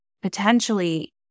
Potentially